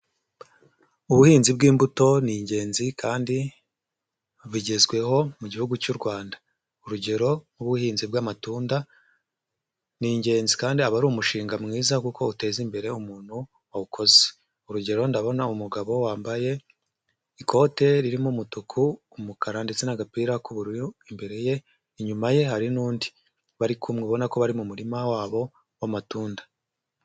Ubuhinzi bw'imbuto ni ingenzi kandi bugezweho mu Gihugu cy'u Rwanda. Urugero nk'ubuhinzi bw'amatunda ni ingenzi kandi aba ari umushinga mwiza kuko uteza imbere umuntu wawukoze. Urugero ndabona umugabo wambaye ikote ririmo umutuku, umukara ndetse n'agapira k'ubururu imbere ye, inyuma ye hari n'undi bari kumwe ubona ko bari mu murima wabo w'amatunda.